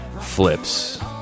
Flips